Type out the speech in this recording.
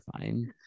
fine